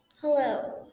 Hello